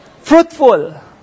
fruitful